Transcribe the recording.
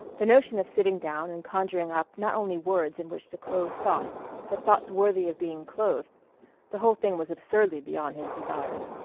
the notion of sitting down and conjuring up, not only words in which to clothe thoughts but thoughts worthy of being clothed the whole thing was absurdly beyond his desires.